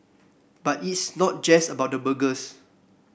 but it's not just about the burgers